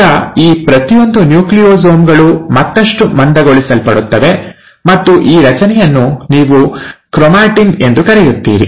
ಈಗ ಈ ಪ್ರತಿಯೊಂದು ನ್ಯೂಕ್ಲಿಯೊಸೋಮ್ ಗಳು ಮತ್ತಷ್ಟು ಮಂದಗೊಳಿಸಲ್ಪಡುತ್ತವೆ ಮತ್ತು ಆ ರಚನೆಯನ್ನು ನೀವು ಕ್ರೊಮಾಟಿನ್ ಎಂದು ಕರೆಯುತ್ತೀರಿ